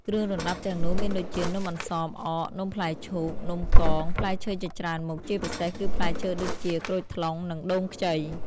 គ្រឿងរណ្តាប់ទាំងនោះមានដូចជា នំអន្សមអក នំផ្លែឈូក នំកង ផ្លែឈើជាច្រើនមុខ ជាពិសេសគឺផ្លែឈើដូចជា ក្រូចថ្លុង និងដូងខ្ចី។